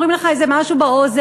אומרים לך איזה משהו באוזן,